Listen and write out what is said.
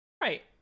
Right